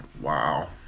wow